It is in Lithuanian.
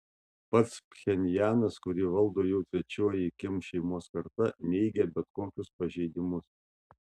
pats pchenjanas kurį valdo jau trečioji kim šeimos karta neigia bet kokius pažeidimus